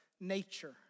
nature